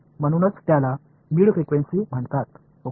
म्हणूनच त्याला mid frequency म्हणतात ओके